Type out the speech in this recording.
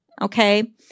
Okay